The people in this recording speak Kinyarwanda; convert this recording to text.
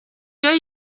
iyo